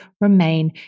remain